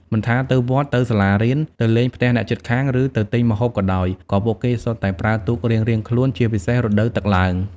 មិនថាទៅវត្ត ទៅសាលារៀន ទៅលេងផ្ទះអ្នកជិតខាង ឬទៅទិញម្ហូបក៏ដោយ ក៏ពួកគេសុទ្ធតែប្រើទូករៀងៗខ្លួន ជាពិសេសរដូវទឹកឡើង។